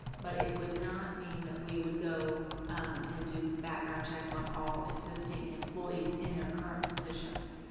but it would not mean that we would go and do background checks on all existing employees in their current positions.